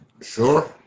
Sure